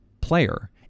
player